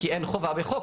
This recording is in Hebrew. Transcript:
כי אין חובה בחוק,